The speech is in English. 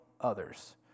others